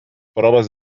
proves